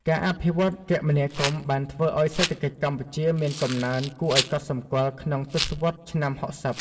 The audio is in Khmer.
ការអភិវឌ្ឍគមនាគមន៍បានធ្វើឱ្យសេដ្ឋកិច្ចកម្ពុជាមានកំណើនគួរឱ្យកត់សម្គាល់ក្នុងទសវត្សរ៍ឆ្នាំ ៦០។